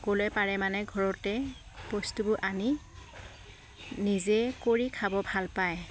ক'লৈ পাৰে মানে ঘৰতে বস্তুবোৰ আনি নিজে কৰি খাব ভাল পায়